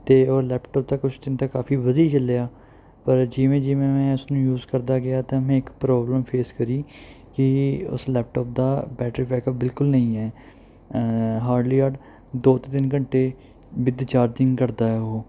ਅਤੇ ਉਹ ਲੈਪਟਾਪ ਤਾਂ ਕੁਝ ਦਿਨ ਤਾਂ ਕਾਫ਼ੀ ਵਧੀਆ ਚੱਲਿਆ ਪਰ ਜਿਵੇਂ ਜਿਵੇਂ ਮੈਂ ਇਸਨੂੰ ਯੂਜ ਕਰਦਾ ਗਿਆ ਤਾਂ ਮੈਂ ਇੱਕ ਪ੍ਰੋਬਲਮ ਫੇਸ ਕਰੀ ਕਿ ਉਸ ਲੈਪਟਾਪ ਦਾ ਬੈਟਰੀ ਬੈਕਅੱਪ ਬਿਲਕੁਲ ਨਹੀਂ ਹੈ ਹਾਰਡਲੀ ਅਡ ਦੋ ਤੋਂ ਤਿੰਨ ਘੰਟੇ ਵਿਦ ਚਾਰਜਿੰਗ ਕੱਢਦਾ ਉਹ